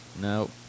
No